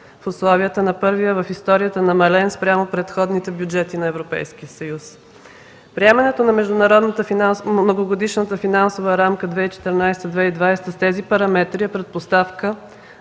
в условията на първия в историята намален спрямо предходните бюджети на Европейския съюз. Приемането на Многогодишната финансова рамка 2014-2020 г. с тези параметри е предпоставка